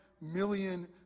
million